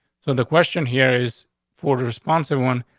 so the question here is for the responsive one.